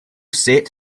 set